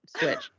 switch